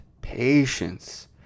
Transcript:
patience